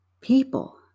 people